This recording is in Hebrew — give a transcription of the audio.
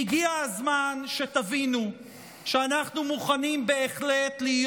והגיע הזמן שתבינו שאנחנו מוכנים בהחלט להיות